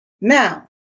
Now